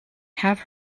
have